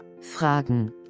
Fragen